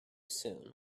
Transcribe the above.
soon